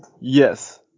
Yes